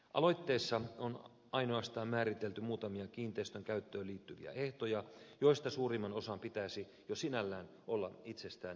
aloitteessa on ainoastaan määritelty muutamia kiinteistön käyttöön liittyviä ehtoja joista suurimman osan pitäisi jo sinällään olla itsestäänselvyyksiä